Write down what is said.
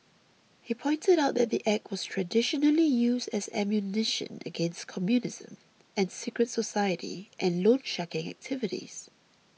he pointed out that the Act was traditionally used as ammunition against communism and secret society and loansharking activities